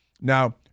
Now